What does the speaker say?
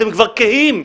אתם כבר קהים,